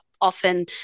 often